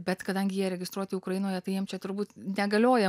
bet kadangi jie registruoti ukrainoje tai jiem čia turbūt negalioja